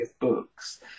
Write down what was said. books